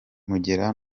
mugera